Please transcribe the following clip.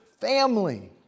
family